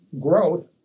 growth